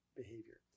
behavior